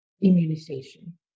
immunization